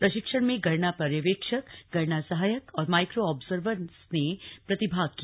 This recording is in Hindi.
प्रशिक्षण में गणना पर्यवेक्षक गणना सहायक और माइक्रो ऑब्जर्वर्स ने प्रतिभाग किया